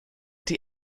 die